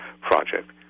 project